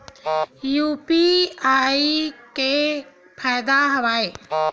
UPI के का फ़ायदा हवय?